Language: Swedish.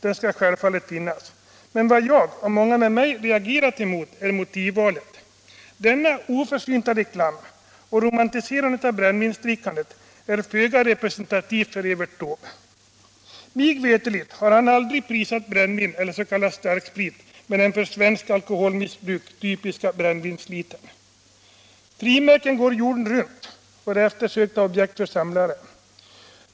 Den skall självfallet finnas. Men vad jag och många med mig reagerade mot är motivvalet. Denna oförsynta reklam och detta romantiserande av brännvinsdrickandet är föga representativt för Evert Taube. Mig veterligt har han aldrig prisat brännvin eller s.k. starksprit med den för svenskt alkoholmissbruk typiska brännvinslitern. Frimärken går jorden runt och är eftersökta objekt för samlare.